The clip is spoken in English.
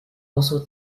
also